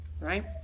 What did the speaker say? right